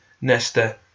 Nesta